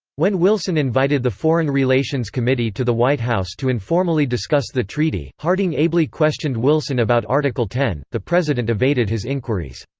when wilson invited the foreign relations committee to the white house to informally discuss the treaty, harding ably questioned wilson about article x the president evaded his inquiries.